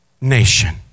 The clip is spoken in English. nation